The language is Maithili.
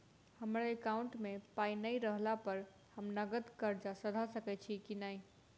हमरा एकाउंट मे पाई नै रहला पर हम नगद कर्जा सधा सकैत छी नै?